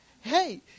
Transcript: Hey